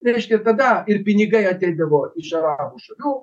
reiškia tada ir pinigai ateidavo iš arabų šalių